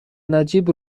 نجیب